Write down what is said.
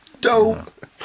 Dope